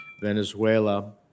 Venezuela